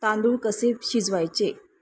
तांदूळ कसे शिजवायचे